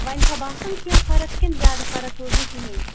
وۄنۍ چھا باسان کیٚنٛہہ فرق کِنۍ زیادٕ فرق روٗز نہٕ کہیٖنۍ